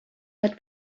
had